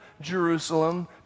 Jerusalem